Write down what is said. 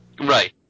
Right